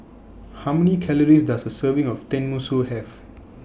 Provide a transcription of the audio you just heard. How Many Calories Does A Serving of Tenmusu Have